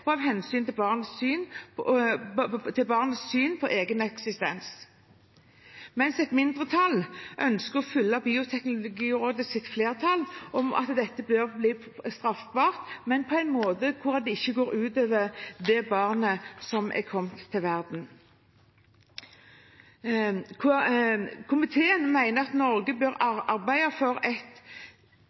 og av hensyn til barnets syn på egen eksistens, mens et mindretall ønsker å følge Bioteknologirådets flertalls syn om at dette bør bli straffbart, men på en måte der det ikke går ut over det barnet som er kommet til verden. Komiteen mener at Norge bør arbeide aktivt i internasjonale sammenhenger for